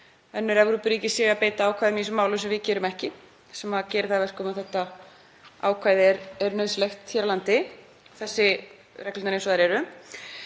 önnur Evrópuríki séu að beita ákvæðum í þessum málum sem við gerum ekki, sem gerir það að verkum að þetta ákvæði er nauðsynlegt hér á landi, þ.e. reglurnar eins og þær eru.